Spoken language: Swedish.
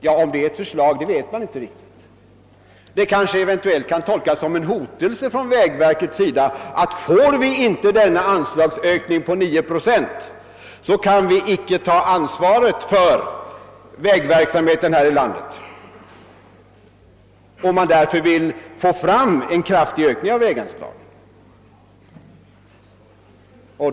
Ja, om det är ett förslag vet man inte riktigt — det kan måhända tolkas som en botelse från vägverket, att beviljas inte denna anslagsökning på 9 procent, så kan verket inte ta ansvaret för vägverksamheten här i landet. Vägverket vill alltså få till stånd en kraftig ökning av väganslaget.